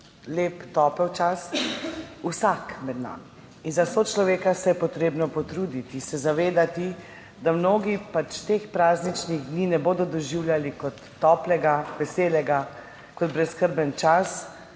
lep, topel čas. Vsak med nami. In za sočloveka se je potrebno potruditi, se zavedati, da mnogi pač teh prazničnih dni ne bodo doživljali kot toplega, veselega, kot brezskrbnega